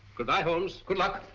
goodbye, holmes. good luck.